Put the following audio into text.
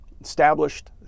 established